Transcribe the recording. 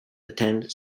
attend